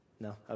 No